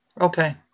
Okay